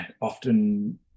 often